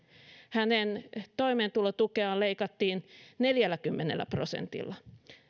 hänen toimeentulotukeaan leikattiin neljälläkymmenellä prosentilla